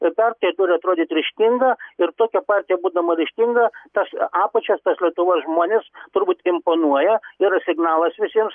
ir dar tai turi atrodyt ryžtinga ir tokia partija būdama ryžtinga tas apačias tas lietuvos žmones turbūt imponuoja yra signalas visiems